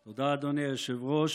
תודה, אדוני היושב-ראש.